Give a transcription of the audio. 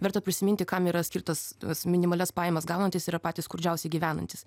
verta prisiminti kam yra skirtas tas minimalias pajamas gaunantys yra patys skurdžiausiai gyvenantys